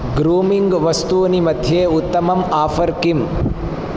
grooming वस्तूनि मध्ये उत्तमम् आफ़र् किम्